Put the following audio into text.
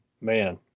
Man